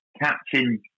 Captain